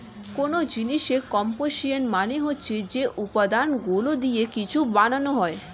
কোন জিনিসের কম্পোসিশন মানে হচ্ছে যে উপাদানগুলো দিয়ে কিছু বানানো হয়